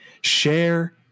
share